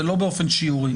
זה לא באופן שיורי.